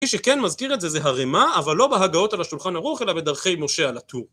מי שכן מזכיר את זה, זה הרמ"א, אבל לא בהגהות על השולחן ערוך, אלא בדרכי משה על הטור.